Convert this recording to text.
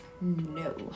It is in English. no